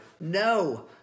No